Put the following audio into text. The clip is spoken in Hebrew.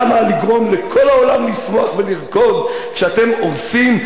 למה לגרום לכל העולם לשמוח ולרקוד כשאתם הורסים,